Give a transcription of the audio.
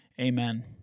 Amen